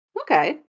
Okay